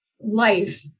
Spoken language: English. life